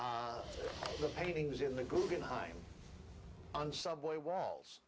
the paintings in the guggenheim on subway walls